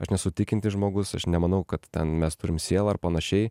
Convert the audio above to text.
aš nesu tikintis žmogus aš nemanau kad ten mes turim sielą ir panašiai